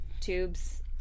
tubes